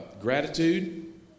gratitude